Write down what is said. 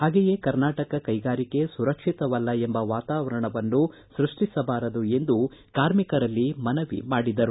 ಹಾಗೆಯೇ ಕರ್ನಾಟಕ ಕೈಗಾರಿಕೆಗೆ ಸುರಕ್ಷಿತವಲ್ಲ ಎಂಬ ವಾತಾವರಣವನ್ನು ಸೃಷ್ಟಿಸಬಾರದು ಎಂದು ಕಾರ್ಮಿಕರಲ್ಲಿ ಮನವಿ ಮಾಡಿದರು